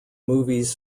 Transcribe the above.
movies